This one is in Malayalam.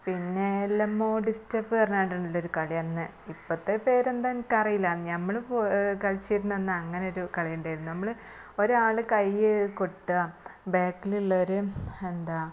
പിന്നെ എൽ എം ഒ ഡിസ്റ്റെർപ് പറഞ്ഞിട്ടുള്ളൊരു കളിയന്ന് ഇപ്പോഴത്തെ പേരെന്താണെന്ന് എനിക്കറിയില്ല ഞങ്ങള് കളിച്ചിരുന്ന അങ്ങനൊരു കളിയുണ്ടായിനു നമ്മള് ഒരാള് കൈ കെട്ടുക ബാക്കിലുള്ളവര് എന്താണ്